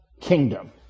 kingdom